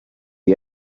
you